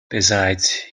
besides